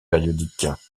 périodiques